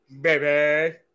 baby